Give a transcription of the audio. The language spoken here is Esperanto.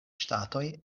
ŝtatoj